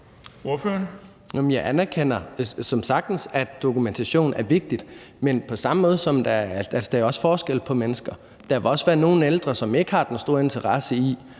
Jeg anerkender som sagt, at dokumentation er vigtigt, men der er jo også forskel på mennesker. Der vil også være nogle ældre, som ikke har den store interesse i